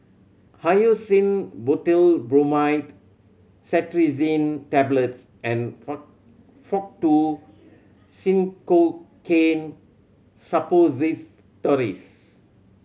Hyoscine Butylbromide Cetirizine Tablets and Faktu Cinchocaine Suppositories